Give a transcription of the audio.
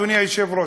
אדוני היושב-ראש,